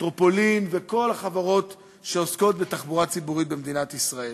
"מטרופולין" וכל החברות שעוסקות בתחבורה ציבורית במדינת ישראל.